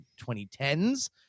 2010s